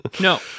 no